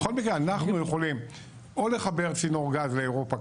בכל מקרה אנחנו יכולים או לחבר צינור גז לאירופה,